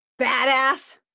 badass